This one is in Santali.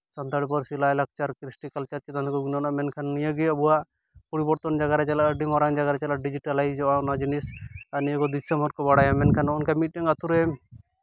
ᱥᱟᱱᱛᱟᱲ ᱯᱟᱹᱨᱥᱤ ᱞᱟᱭᱼᱞᱟᱠᱪᱟᱨ ᱠᱨᱤᱥᱴᱤ ᱠᱟᱞᱪᱟᱨ ᱪᱮᱛᱟᱱ ᱛᱮᱠᱚ ᱜᱩᱱᱟᱹᱱᱚᱜᱼᱟ ᱢᱮᱱᱠᱷᱟᱱ ᱱᱤᱭᱟᱹᱜᱮ ᱟᱵᱚᱣᱟᱜ ᱯᱚᱨᱤᱵᱚᱨᱛᱚᱱ ᱡᱟᱭᱜᱟ ᱨᱮ ᱪᱟᱞᱟᱜᱼᱟ ᱟᱹᱰᱤ ᱢᱟᱨᱟᱝ ᱡᱟᱭᱜᱟ ᱪᱟᱞᱟᱜᱼᱟ ᱰᱤᱡᱤᱴᱟᱞᱟᱭᱤᱡᱽ ᱚᱱᱟ ᱡᱤᱱᱤᱥ ᱟᱨ ᱱᱤᱭᱟᱹ ᱠᱚ ᱫᱤᱥᱚᱢ ᱦᱚᱲ ᱠᱚ ᱵᱟᱲᱟᱭᱟ ᱢᱮᱱᱠᱷᱟᱱ ᱱᱚᱝᱠᱟ ᱢᱤᱫᱴᱮᱱ ᱟᱹᱛᱩ ᱨᱮ